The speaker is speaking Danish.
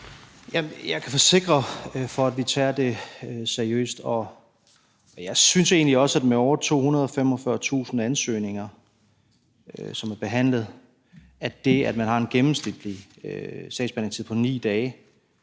Jeg kan forsikre for, at vi tager det seriøst, og jeg synes egentlig også, at med over 245.000 ansøgninger, som er behandlet, og med en gennemsnitlig sagsbehandlingstid på 9 dage,